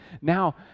now